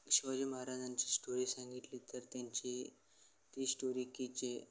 शिवाजी महाराजांची स्टोरी सांगितली तर त्यांची ती स्टोरी की जे